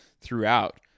throughout